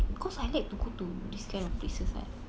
because I like to go to these kind of places [what]